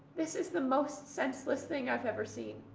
this is the most senseless thing i've ever seen.